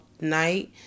night